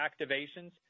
activations